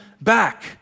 back